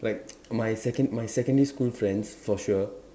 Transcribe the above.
like my second my secondary school friends for sure